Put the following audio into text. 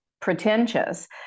pretentious